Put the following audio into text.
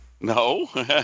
No